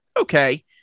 Okay